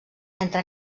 entre